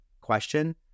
question